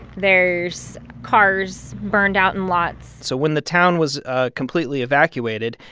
there's cars burned out in lots so when the town was ah completely evacuated,